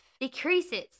decreases